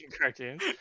cartoons